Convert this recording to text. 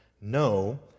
No